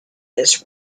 this